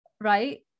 right